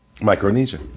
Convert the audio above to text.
Micronesia